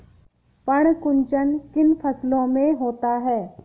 पर्ण कुंचन किन फसलों में होता है?